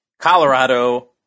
Colorado